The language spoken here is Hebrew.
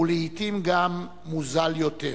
ולעתים גם זול יותר.